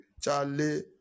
Charlie